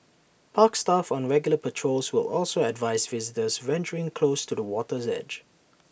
park staff on regular patrols will also advise visitors venturing close to the water's edge